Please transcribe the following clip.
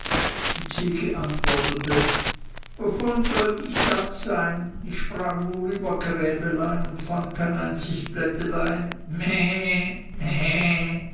die ziege antwortete wovon sollt ich satt sein ich sprang nur über gräbelein und fand kein einzig blättelein meh